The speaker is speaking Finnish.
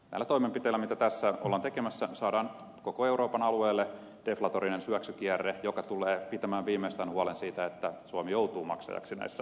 näillä toimenpiteillä mitä tässä ollaan tekemässä saadaan koko euroopan alueelle deflatorinen syöksykierre joka tulee pitämään viimeistään huolen siitä että suomi joutuu maksajaksi näissä asioissa